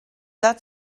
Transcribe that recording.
that